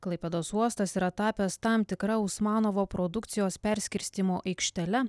klaipėdos uostas yra tapęs tam tikra usmanovo produkcijos perskirstymų aikštele